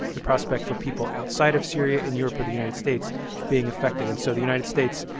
the prospect for people outside of syria in europe or the united states being affected. and so the united states,